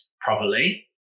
properly